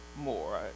more